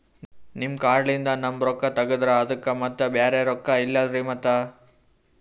ನಿಮ್ ಕಾರ್ಡ್ ಲಿಂದ ನಮ್ ರೊಕ್ಕ ತಗದ್ರ ಅದಕ್ಕ ಮತ್ತ ಬ್ಯಾರೆ ರೊಕ್ಕ ಇಲ್ಲಲ್ರಿ ಮತ್ತ?